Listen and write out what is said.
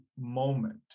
moment